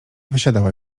wysiadała